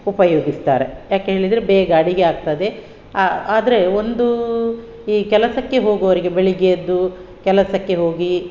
ಉಪಯೋಗಿಸ್ತಾರೆ ಯಾಕೆ ಹೇಳಿದರೆ ಬೇಗ ಅಡಿಗೆ ಆಗ್ತದೆ ಆದರೆ ಒಂದು ಈ ಕೆಲಸಕ್ಕೆ ಹೋಗುವವರಿಗೆ ಬೆಳಿಗ್ಗೆ ಎದ್ದು ಕೆಲಸಕ್ಕೆ ಹೋಗಿ